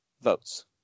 votes